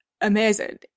amazing